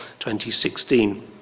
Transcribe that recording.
2016